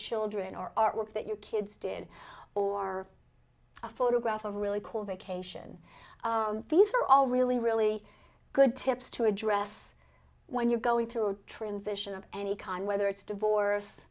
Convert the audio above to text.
children or artwork that your kids did or a photograph of really cool vacation these are all really really good tips to address when you're going through a transition of any kind whether it's divorce